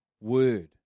word